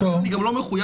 ולכן אני גם לא מחויב